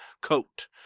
coat